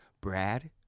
Brad